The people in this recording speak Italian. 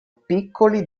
piccoli